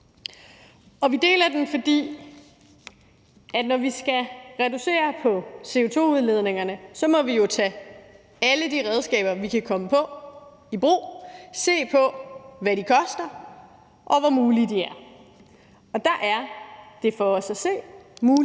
vi deler den, for når vi skal reducere CO2-udledningerne, må vi jo tage alle de redskaber, vi kan komme på, i brug, og se på, hvad de koster, og hvor mulige de er. Der er det for os at se muligt